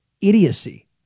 idiocy